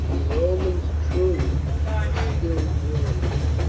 the romans truly are skilled warriors,